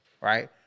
Right